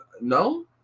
No